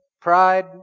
pride